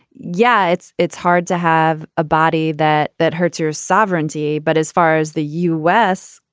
yeah, it's it's hard to have a body that that hurts your sovereignty but as far as the u s.